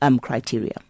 criteria